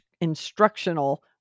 instructional